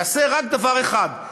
זה יעשה רק דבר אחד,